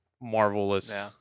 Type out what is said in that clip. marvelous